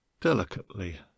Delicately